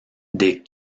des